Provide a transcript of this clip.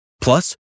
Plus